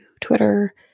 Twitter